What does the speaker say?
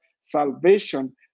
salvation